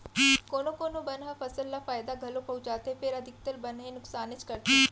कोना कोनो बन ह फसल ल फायदा घलौ पहुँचाथे फेर अधिकतर बन ह नुकसानेच करथे